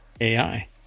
AI